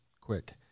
quick